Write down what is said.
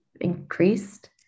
increased